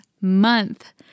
Month